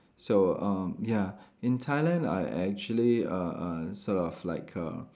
so um ya in Thailand I actually uh uh sort of like uh